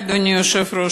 אדוני היושב-ראש,